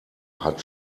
hat